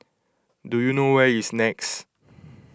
do you know where is Nex